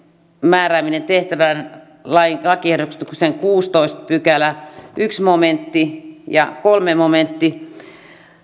määrääminen tehtävään lakiehdotuksen kuudestoista pykälä ensimmäinen momentti ja kolmas momentti